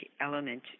element